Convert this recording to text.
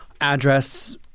address